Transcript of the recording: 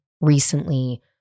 recently